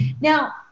now